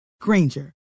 Granger